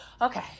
okay